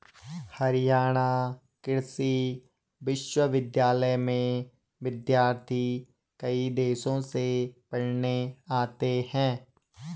हरियाणा कृषि विश्वविद्यालय में विद्यार्थी कई देशों से पढ़ने आते हैं